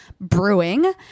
Brewing